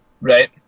right